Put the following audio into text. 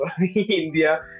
India